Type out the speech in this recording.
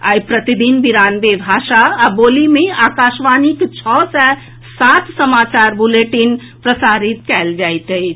आई प्रतिदिन बिरानवे भाषा आ बोली मे आकाशवाणीक छओ सय सात समाचार बुलेटिन प्रसारित कयल जायत अछि